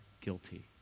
guilty